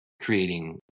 creating